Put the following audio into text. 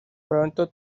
pronto